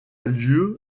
lieu